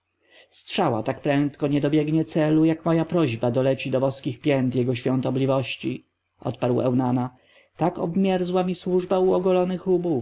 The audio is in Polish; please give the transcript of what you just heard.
strzała tak prędko nie dobiega celu jak moja prośba doleci do boskich pięt jego świątobliwości odparł eunana tak obmierzła mi służba u ogolonych